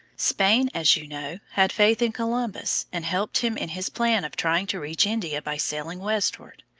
spain, as you know, had faith in columbus, and helped him in his plan of trying to reach india by sailing westward.